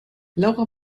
laura